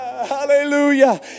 Hallelujah